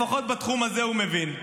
לפחות בתחום הזה הוא מבין.